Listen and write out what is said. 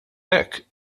hekk